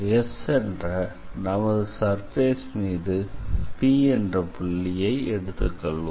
S என்ற நமது surface மீது என்ற P புள்ளியை எடுத்துக் கொள்வோம்